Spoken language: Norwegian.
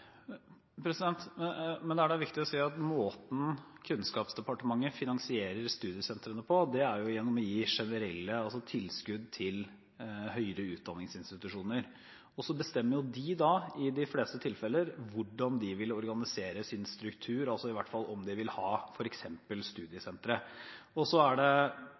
Det er viktig å si at måten Kunnskapsdepartementet finansierer studiesentrene på, er gjennom å gi generelle tilskudd til høyere utdanningsinstitusjoner. Så bestemmer de – i de fleste tilfeller – hvordan de vil organisere sin struktur, i hvert fall om de f.eks. vil ha studiesentre. Fordi Stortinget har bestemt det, er det